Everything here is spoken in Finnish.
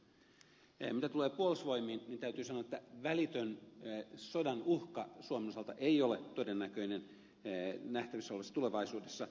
mitä tulee puolustusvoimiin niin täytyy sanoa että välitön sodan uhka suomen osalta ei ole todennäköinen nähtävissä olevassa tulevaisuudessa